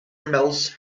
mills